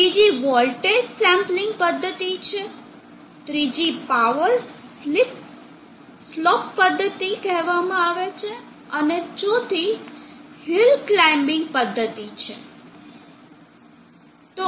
બીજી voltage sampling પદ્ધતિ છે ત્રીજીને પાવર સ્લોપ પદ્ધતિ કહેવામાં આવે છે અને ચોથી હિલ ક્લાઈમ્બીંગ પદ્ધતિ છે